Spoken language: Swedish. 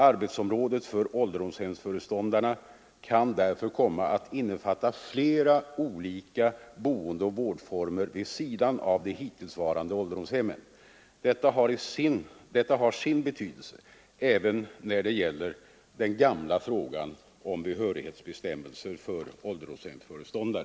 Arbetsområdet för ålderdomshemsföreståndarna kan därför komma att innefatta flera olika boendeoch vårdformer vid sidan av de hittillsvarande ålderdomshemmen. Detta har sin betydelse även när det gäller den gamla frågan om behörighetsbestämmelser för ålderdomshemsföreståndare.